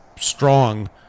strong